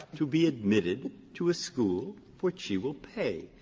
to be admitted to a school which she will pay.